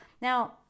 Now